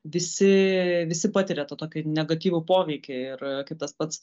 visi visi patiria tą tokį negatyvų poveikį ir kaip tas pats